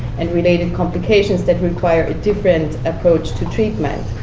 and related complications, that require a different approach to treatment.